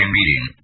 meeting